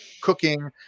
cooking